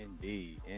Indeed